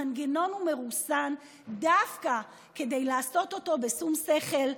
המנגנון הוא מרוסן דווקא כדי לעשות אותו בשום שכל,